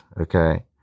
okay